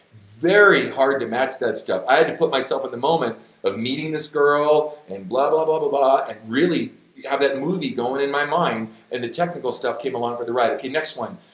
very hard to max that stuff, i had to put myself in the moment of meeting this girl and blah blah blah blah blah and really have that movie going in my mind and the technical stuff came along for the ride. okay, next one.